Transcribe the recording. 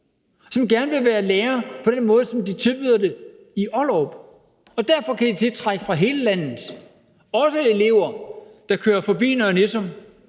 som gerne vil være lærer på den måde, som de tilbyder det i Ollerup, og derfor kan de tiltrække fra hele landet, også elever, der kører forbi Nørre Nissum